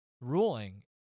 ruling